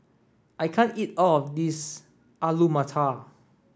I can't eat all of this Alu Matar